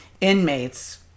inmates